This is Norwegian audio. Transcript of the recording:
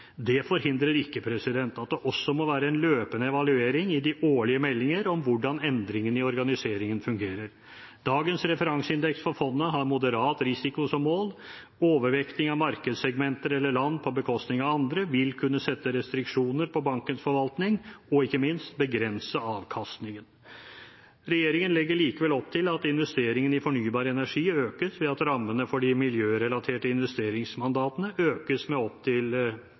Det forhindrer ikke at det også må være en løpende evaluering i de årlige meldinger om hvordan endringene i organiseringen fungerer. Dagens referanseindeks for fondet har moderat risiko som mål. Overvekting av markedssegmenter eller land på bekostning av andre vil kunne sette restriksjoner på bankens forvaltning og ikke minst begrense avkastningen. Regjeringen legger likevel opp til at investeringen i fornybar energi økes, ved at rammene for de miljørelaterte investeringsmandatene økes med opp til